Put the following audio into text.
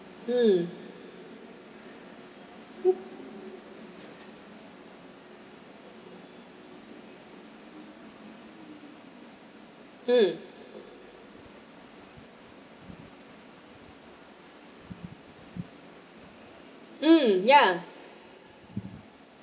mm mm mm ya